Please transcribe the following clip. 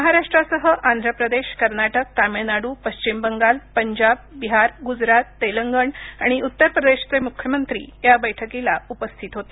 महाराष्ट्रासह आंध्रप्रदेश कर्नाटक तामिळनाडू पश्विम बंगाल पंजाब बिहार गुजरात तेलंगण आणि उत्तरप्रदेशचे मुख्यमंत्री या बैठकीला उपस्थित होते